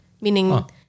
Meaning